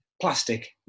plastic